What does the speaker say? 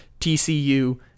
TCU